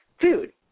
food